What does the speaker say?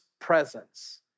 presence